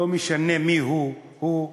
ולא משנה מי הוא, הוא שקובע.